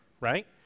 right